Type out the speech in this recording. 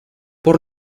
por